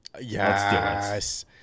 Yes